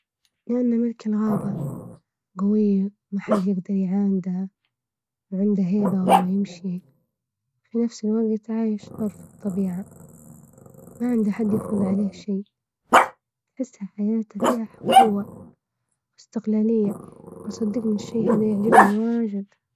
لإنة ملك الغابة قوي، ما حد يجدر يعاندها، عنده هيبة وهو يمشي، وفي نفس الوقت عايش حر في الطبيعة، ما عنده أحد يفرض عليه شيء، تحسه حياته فيها حب قوة، وإستقلالية صدجني الشي هذا يعجبني واجد.